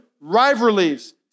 rivalries